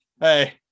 Hey